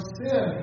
sin